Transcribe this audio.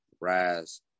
Rise